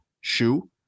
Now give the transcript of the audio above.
shoe